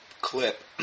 clip